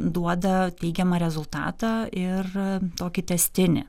duoda teigiamą rezultatą ir tokį tęstinį